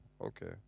okay